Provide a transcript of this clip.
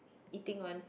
eating one